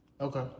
Okay